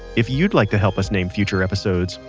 if you'd like to help us name future episodes,